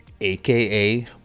aka